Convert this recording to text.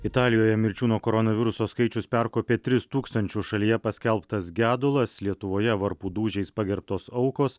italijoje mirčių nuo koronaviruso skaičius perkopė tris tūkstančius šalyje paskelbtas gedulas lietuvoje varpų dūžiais pagerbtos aukos